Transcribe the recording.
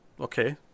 Okay